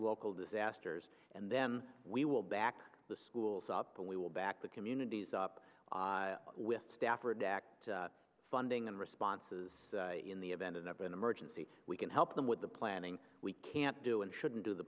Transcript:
local disasters and then we will back the schools up and we will back the communities up with stafford act funding and responses in the event of an emergency we can help them with the planning we can't do and shouldn't do the